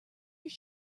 your